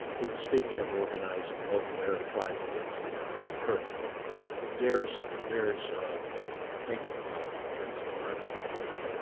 he was speaking of organizing local arab tribes against the alaman turks, turks, but it bears it bears thinking about in terms of what i'm talking about.